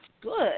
good